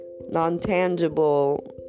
non-tangible